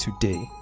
today